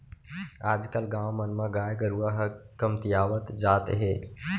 आज कल गाँव मन म गाय गरूवा ह कमतियावत जात हे